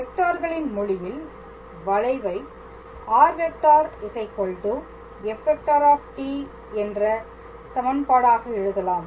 வெக்டார்களின் மொழியில் வளைவை r⃗ f ⃗ என்ற சமன்பாடாக எழுதலாம்